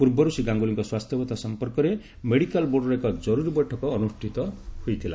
ପୂର୍ବରୁ ଗାଙ୍ଗୁଲିଙ୍କ ସ୍ୱାସ୍ଥ୍ୟାବସ୍ଥା ସମ୍ପର୍କରେ ମେଡିକାଲ୍ ବୋର୍ଡର ଏକ ଜରୁରି ବୈଠକ ଅନୁଷ୍ଠିତ ହୋଇଥିଲା